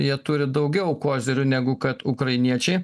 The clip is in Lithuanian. jie turi daugiau kozirių negu kad ukrainiečiai